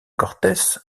cortes